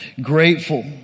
Grateful